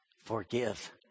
Forgive